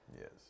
Yes